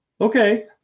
Okay